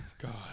God